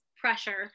pressure